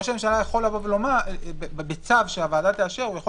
ראש הממשלה יכול בצו שהוועדה תאשר הוא יכול